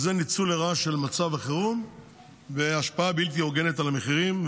זה ניצול לרעה של מצב החירום והשפעה בלתי הוגנת על המחירים,